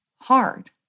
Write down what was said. hard